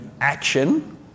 action